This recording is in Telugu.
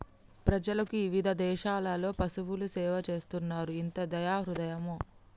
ప్రజలకు ఇవిధ దేసాలలో పసువులు సేవ చేస్తున్నాయి ఎంత దయా హృదయమో